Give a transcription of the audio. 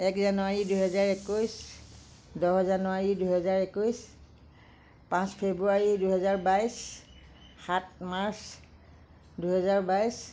এক জানুৱাৰী দুই হাজাৰ একৈছ দহ জানুৱাৰী দুহেজাৰ একৈছ পাঁচ ফ্ৰেব্ৰুৱাৰী দুহেজাৰ বাইছ সাত মাৰ্চ দুহেজাৰ বাইছ